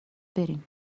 بریم